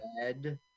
red